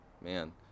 man